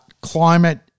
climate